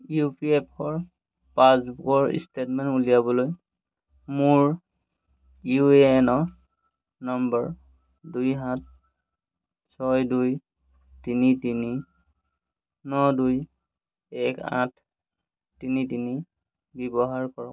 U P F অ'ৰ পাছবুকৰ statement উলিয়াবলৈ মোৰ ইউ এ এন নম্বৰ দুই সাত ছয় দুই তিনি তিনি ন দুই এক আঠ তিনি তিনি ব্যৱহাৰ কৰক